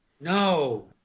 No